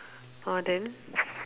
ah then